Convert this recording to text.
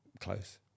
Close